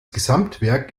gesamtwerk